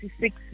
six